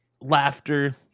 laughter